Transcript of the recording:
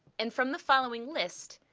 and from the following list,